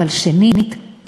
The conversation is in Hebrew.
ושנית,